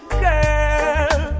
girl